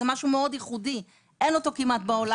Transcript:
זה משהו מאוד ייחודי, אין אותו כמעט בעולם.